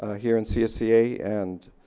ah here in csea and,